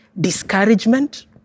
discouragement